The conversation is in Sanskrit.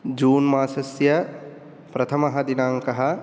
जून् मासस्य प्रथमः दिनाङ्कः